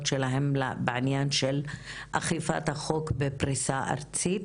שלהם בעניין של אכיפת החוק בפריסה ארצית,